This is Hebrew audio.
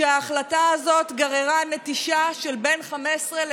והחלטה זו גררה נטישה של בין 15,000